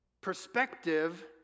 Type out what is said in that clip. perspective